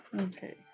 Okay